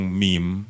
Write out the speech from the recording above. meme